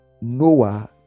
Noah